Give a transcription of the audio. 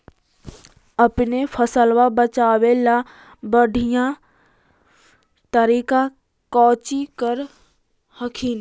अपने फसलबा बचे ला बढ़िया तरीका कौची कर हखिन?